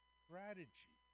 strategy